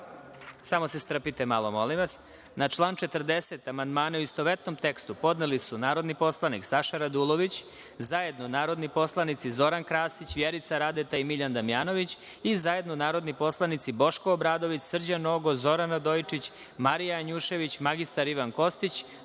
Samo se strpite malo, molim vas. Na član 40. amandmane, u istovetnom tekstu, podneli su narodni poslanik Saša Radulović, zajedno narodni poslanici Zoran Krasić, Vjerica Radeta i Miljan Damjanović i zajedno narodni poslanici Boško Obradović, Srđan Nogo, Zoran Radojičić, Marija Janjušević, mr Ivan Kostić,